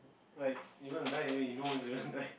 like even die anyway you know where's your guy